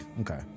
okay